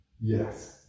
Yes